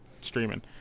streaming